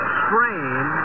strain